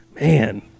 Man